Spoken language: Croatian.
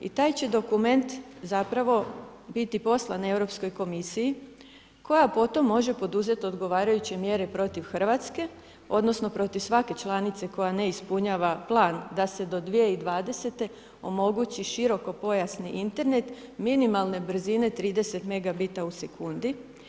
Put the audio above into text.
I taj će dokument zapravo biti poslan Europskoj komisiji koja potom može poduzeti odgovarajuće mjere protiv Hrvatske, odnosno protiv svake članice koja ne ispunjava plan da se do 2020. omogući širokopojasni Internet minimalne brzine 30 megabita u sekundi.